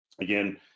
again